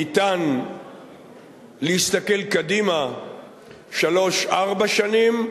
ניתן להסתכל קדימה שלוש, ארבע שנים,